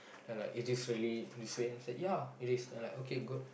ya like is this really this way I say ya it is I like okay good